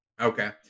okay